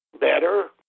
better